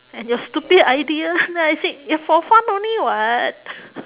and your stupid idea then I said eh for fun only [what]